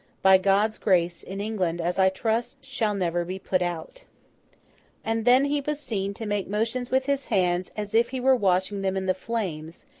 by god's grace, in england, as i trust shall never be put out and then he was seen to make motions with his hands as if he were washing them in the flames,